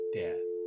death